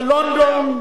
בלונדון.